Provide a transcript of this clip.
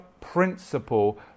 principle